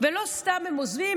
לא סתם הם עוזבים,